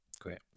Great